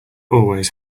always